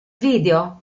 video